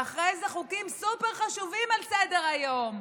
ואחרי זה חוקים סופר חשובים על סדר-היום,